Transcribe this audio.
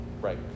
right